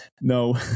no